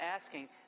asking